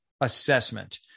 Assessment